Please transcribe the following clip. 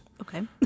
Okay